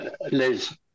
Liz